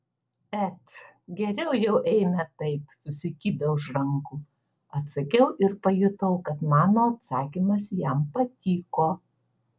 et geriau jau eime taip susikibę už rankų atsakiau ir pajutau kad mano atsakymas jam patiko